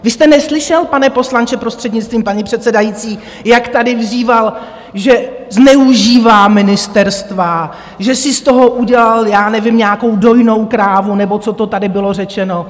Vy jste neslyšel, pane poslanče, prostřednictvím paní předsedající, jak tady vyzýval, že zneužívá ministerstva, že si z toho udělal já nevím nějakou dojnou krávu nebo co to tady bylo řečeno?